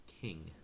King